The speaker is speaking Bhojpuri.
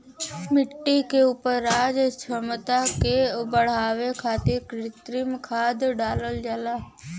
मट्टी के उपराजल क्षमता के बढ़ावे खातिर कृत्रिम खाद डालल जाला